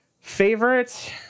Favorite